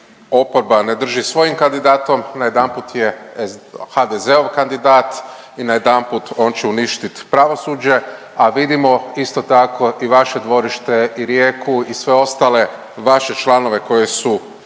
oporba ne drži svojim kandidatom najedanput je HDZ-ov kandidat i najedanput on će uništit pravosuđe, a vidimo isto tako i vaše dvorište i rijeku i sve ostale vaše članove koji su